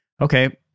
okay